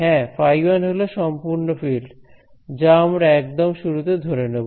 হ্যাঁ φ1 হল সম্পূর্ণ ফিল্ড যা আমরা একদম শুরুতে ধরে নেব